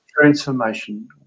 transformation